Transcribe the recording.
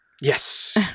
Yes